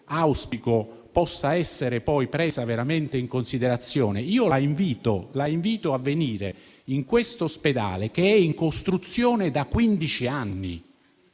auspico possa essere poi presa veramente in considerazione. La invito a venire in quest'ospedale, che è in costruzione da quindici